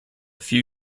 few